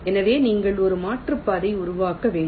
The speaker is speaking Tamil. எனவே நீங்கள் ஒரு மாற்றுப்பாதையை உருவாக்க வேண்டும்